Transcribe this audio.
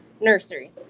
nursery